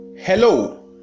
hello